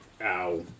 Ow